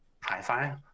hi-fi